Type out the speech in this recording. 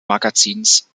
magazins